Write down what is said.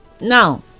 now